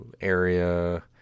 area